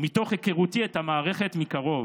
ומתוך היכרותי את המערכת מקרוב,